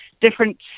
different